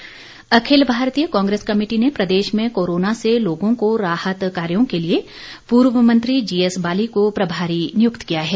Congress Akhil Bharatiya Congress committee ने प्रदेश में corona से लोगों को राहत कार्यो के लिए पूर्व मंत्री जी एसबाली को प्रभारी नियुक्त किया है